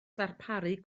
ddarparu